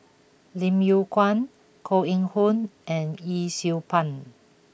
Lim Yew Kuan Koh Eng Hoon and Yee Siew Pun